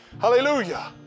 Hallelujah